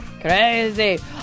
Crazy